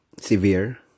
severe